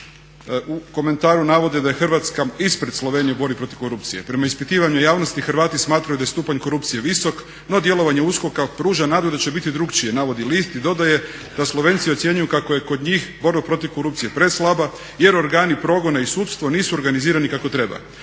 u komentaru navode da je Hrvatska ispred Slovenije u borbi protiv korupcije. Prema ispitivanju javnosti Hrvati smatraju da je stupanj korupcije visok, no djelovanje USKOK-a pruža nadu da će biti drukčije, navodi list i dodaje da Slovenci ocjenjuju kako je kod njih borba protiv korupcije preslaba jer organi progona i sudstvo nisu organizirani kako treba.